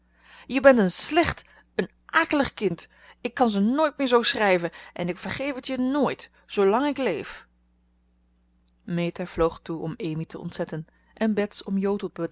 je bent een slecht een akelig kind ik kan ze nooit meer zoo schrijven en ik vergeef het je nooit zoolang ik leef meta vloog toe om amy te ontzetten en bets om jo tot